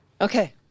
Okay